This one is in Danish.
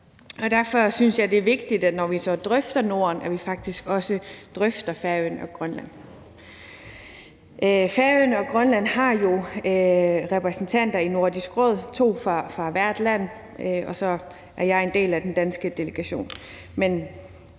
Derfor synes jeg, det er vigtigt, når vi så drøfter Norden, at vi faktisk også drøfter Færøerne og Grønland. Færøerne og Grønland har jo repræsentanter i Nordisk Råd, to fra hvert land, og så er jeg en del af den danske delegation,